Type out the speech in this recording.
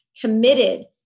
committed